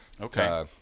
Okay